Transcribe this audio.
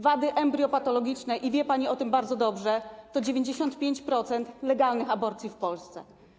Wady embriopatologiczne, i wie pani o tym bardzo dobrze, to 95% legalnych aborcji w Polsce.